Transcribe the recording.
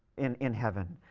in in heaven.